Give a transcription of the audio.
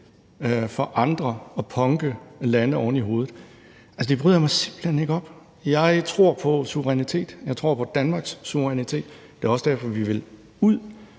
for andre at punke lande oven i hovedet. Altså, det bryder jeg mig simpelt hen ikke om. Jeg tror på suverænitet. Jeg tror på Danmarks suverænitet. Det er også derfor, at vi vil ud